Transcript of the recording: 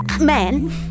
man